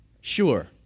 Sure